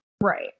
right